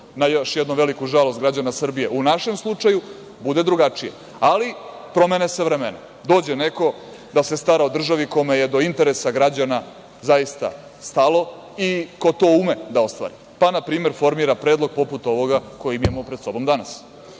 na još jednu veliku žalost građana Srbije u našem slučaju bude drugačije, ali vremena se menjaju. Dođe neko da stara o državi kome je do interesa građana zaista stalo i ko to ume da ostvari, pa na primer formira predlog poput ovoga koji mi imamo pred sobom danas. Šta